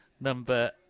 Number